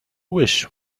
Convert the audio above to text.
wish